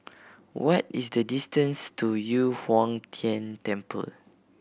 what is the distance to Yu Huang Tian Temple